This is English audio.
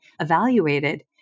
evaluated